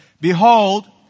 Behold